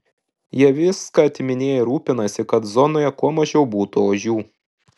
jie viską atiminėja ir rūpinasi kad zonoje kuo mažiau būtų ožių